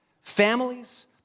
families